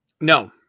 No